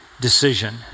decision